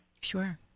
Sure